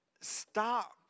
stop